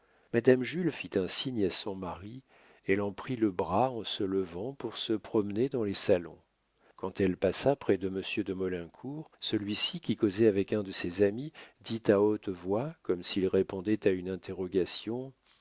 madame jules fit un signe à son mari elle en prit le bras en se levant pour se promener dans les salons quand elle passa près de monsieur de maulincour celui-ci qui causait avec un de ses amis dit à haute voix comme s'il répondait à une interrogation